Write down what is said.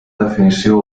definició